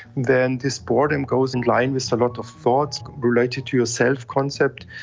then this boredom goes in line with a lot of thoughts related to your self-concept,